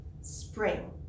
Spring